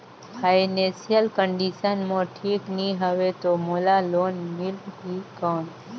Financial condition मोर ठीक नी हवे तो मोला लोन मिल ही कौन??